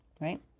Right